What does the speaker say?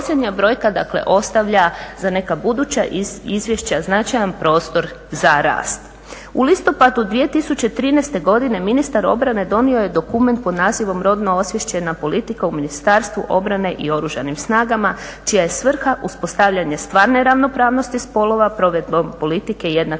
U listopadu 2013.godine ministar obrane donio je dokument pod nazivom Rodno osviještena politika u Ministarstvu obrane i Oružanim snagama čija je svrha uspostavljanje stvarne ravnopravnosti spolova provedbom politike jednakih